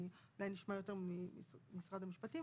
אולי נשמע יותר ממשרד המשפטים,